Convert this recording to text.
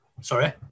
Sorry